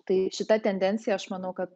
tai šita tendencija aš manau kad